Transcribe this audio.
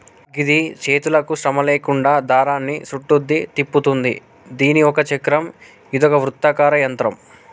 గిది చేతులకు శ్రమ లేకుండా దారాన్ని సుట్టుద్ది, తిప్పుతుంది దీని ఒక చక్రం ఇదొక వృత్తాకార యంత్రం